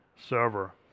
server